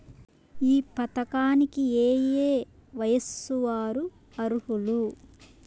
ఈ పథకానికి ఏయే వయస్సు వారు అర్హులు?